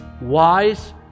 wise